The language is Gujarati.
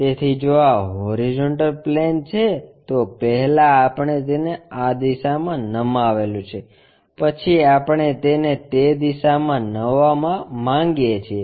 તેથી જો આ હોરીઝોન્ટલ પ્લેન છે તો પહેલા આપણે તેને આં દિશામાં નમાવેલું છે પછી આપણે તેને તે દિશામાં નમાવવા માગીએ છીએ